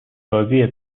سازی